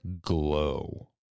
glow